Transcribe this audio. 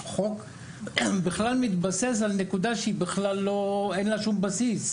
היום בחוק מתבסס על נקודה שבכלל אין לה שום סביב.